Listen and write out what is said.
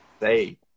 say